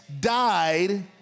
died